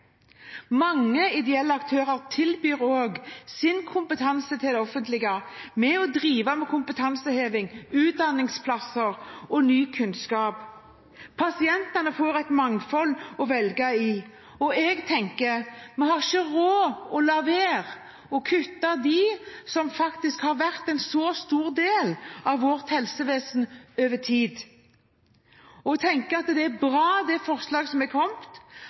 Mange ideelle aktører tilbyr også sin kompetanse til det offentlige, ved å drive med kompetanseheving, utdanningsplasser og ny kunnskap. Pasientene får et mangfold å velge i, og jeg tenker: Vi har ikke råd til å la være, og vi har ikke råd til å kutte dem som faktisk har vært en så stor del av vårt helsevesen over tid. Jeg tenker det er bra det forslaget som er